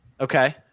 Okay